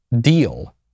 deal